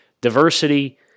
diversity